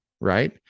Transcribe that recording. Right